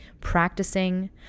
practicing